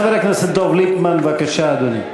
חבר הכנסת דב ליפמן, בבקשה, אדוני.